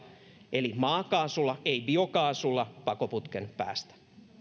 eli maakaasulla ei biokaasulla pakoputken päästä